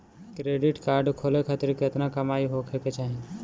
Credit card खोले खातिर केतना कमाई होखे के चाही?